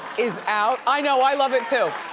is out, i know i love it too.